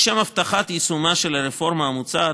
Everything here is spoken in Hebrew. לשם הבטחת יישומה של הרפורמה המוצעת,